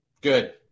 Good